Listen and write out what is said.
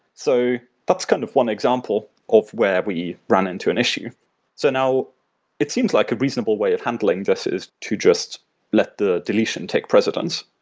so that's kind of one example of where we ran into an issue so now it seems like a reasonable way of handling, this is to just let the deletion take precedence.